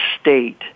state